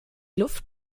luft